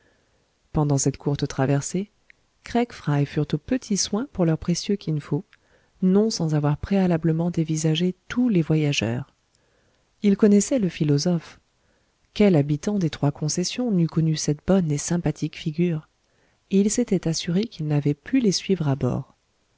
pendant cette courte traversée craig fry furent aux petits soins pour leur précieux kin fo non sans avoir préalablement dévisagé tous les voyageurs ils connaissaient le philosophe quel habitant des trois concessions n'eût connu cette bonne et sympathique figure et ils s'étaient assurés qu'il n'avait pu les suivre à bord